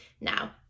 Now